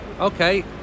Okay